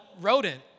rodent